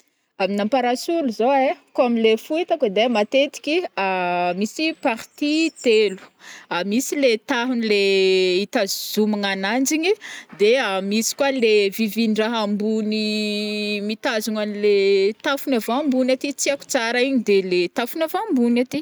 Amina parasolo zao ai, ko amile fohitako edy ai matetiky misy partie telo, misy le tahony le itazomagna agnanjy iny, de misy koa le vivin-draha ambony mitazona anle tafony avy ambony aty tsy aiko tsara igny de le tafony avy ambony aty.